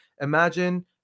Imagine